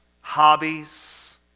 hobbies